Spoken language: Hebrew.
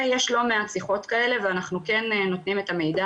יש לא מעט שיחות כאלה ואנחנו כן נותנים את המידע